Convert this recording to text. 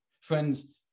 Friends